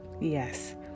Yes